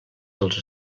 dels